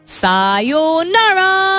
sayonara